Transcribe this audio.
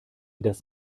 das